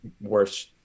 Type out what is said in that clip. worse